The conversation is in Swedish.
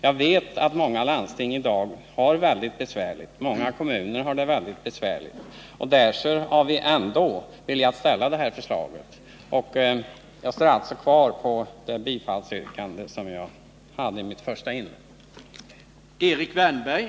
Vi vet att många landsting och kommuner i dag har det mycket besvärligt, och därför har vi velat lägga fram det här förslaget. Jag fasthåller vid yrkandet i mitt första inlägg.